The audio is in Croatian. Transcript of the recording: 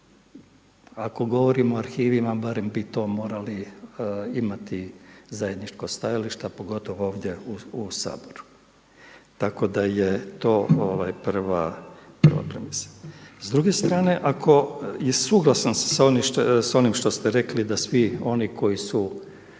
Ako govorimo o arhivima, barem bi to morali imati zajedničko stajalište, a pogotovo ovdje u Saboru. Tako da je to prva premisa. S druge strane, ako je suglasan sa onim što ste rekli da svi oni koji su